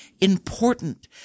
important